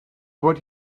what